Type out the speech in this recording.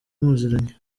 muziranye